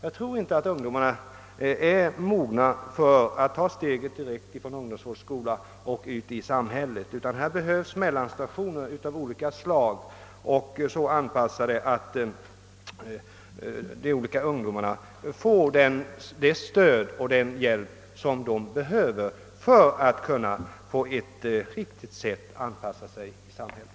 Jag tror inte ungdomarna är mogna att ta steget direkt från ungdomvårdsskola ut i samhället, utan det behövs mellanstationer av olika slag som är så inrättade att de unga får det nödvändiga stödet att på ett riktigt sätt kunna anpassa sig i samhället.